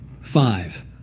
Five